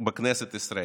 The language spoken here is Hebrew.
בכנסת ישראל.